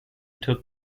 took